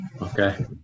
Okay